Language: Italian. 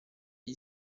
gli